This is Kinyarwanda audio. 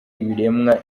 ibiremwa